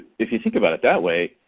if you think about it that way,